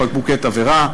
פיגוע דקירה,